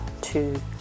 two